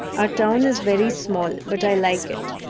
our town is very small, but i like it.